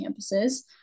campuses